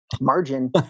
margin